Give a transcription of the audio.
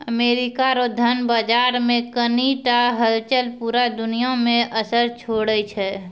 America रो धन बाजार मे कनी टा हलचल पूरा दुनिया मे असर छोड़ै छै